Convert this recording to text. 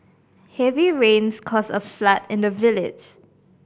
heavy rains caused a flood in the village